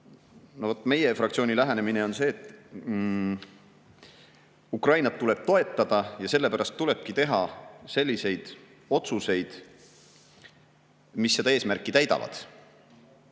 Meie fraktsiooni lähenemine on see, et Ukrainat tuleb toetada ja sellepärast tulebki teha selliseid otsuseid, mis seda eesmärki täidavad. Nüüd